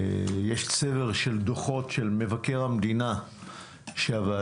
יש צבר של דוחות של מבקר המדינה שהוועדה